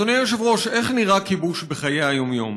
אדוני היושב-ראש, איך נראה כיבוש בחיי היום-יום?